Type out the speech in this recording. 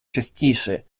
частіше